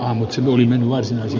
ammukset oli niin vaisu